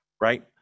right